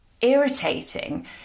irritating